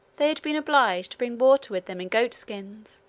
they had been obliged to bring water with them in goat-skins,